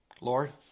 Lord